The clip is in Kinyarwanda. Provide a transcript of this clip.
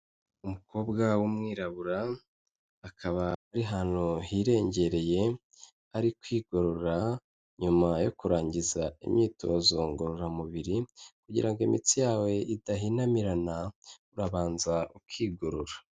Umukobwa w'umwirabura, akaba ari ahantu hirengereye, ari kwigorora nyuma yo kurangiza imyitozo ngororamubiri kugira ngo imitsi yawe idahinamirana urabanza ukigorora.